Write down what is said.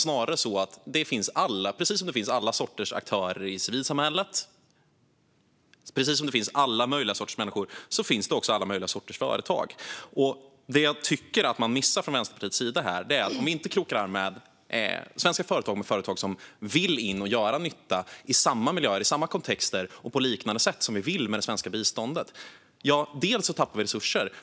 Precis som det finns alla sorters aktörer i civilsamhället, precis som det finns alla sorters människor, finns det också alla möjliga sorters företag. Det jag tycker att man missar från Vänsterpartiets sida är att om vi inte krokar arm med svenska företag som vill in och göra nytta i samma miljöer, i samma kontexter och på liknande sätt som vi vill med det svenska biståndet är att vi tappar resurser.